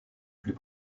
plus